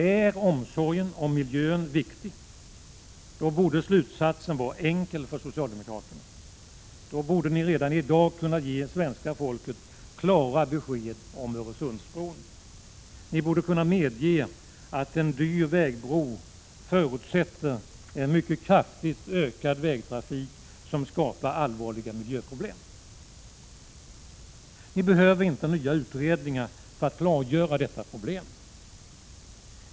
Är omsorgen om miljön viktig, då borde slutsatsen vara enkel för socialdemokraterna. Då borde ni redan i dag kunna ge svenska folket klara besked om Öresundsbron. Ni borde kunna medge att en dyr vägbro förutsätter en mycket kraftigt ökad vägtrafik som skapar allvarliga miljöproblem. Ni behöver inte nya utredningar för att klargöra detta problem.